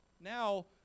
Now